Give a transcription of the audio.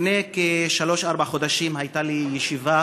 לפני שלושה-ארבעה חודשים הייתה לי ישיבה